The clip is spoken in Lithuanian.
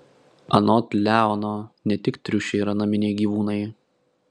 anot leono ne tik triušiai yra naminiai gyvūnai